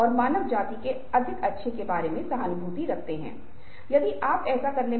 यह माना जाता है की शैली एक बहुत ही विशिष्ट व्यक्तिगत घटक है